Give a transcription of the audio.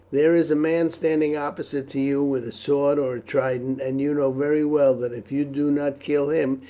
there is a man standing opposite to you with a sword or a trident, and you know very well that if you do not kill him,